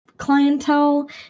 clientele